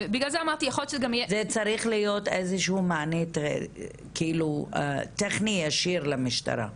זה צריך להיות איזשהו מענה טכני ישיר למשטרה.